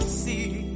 see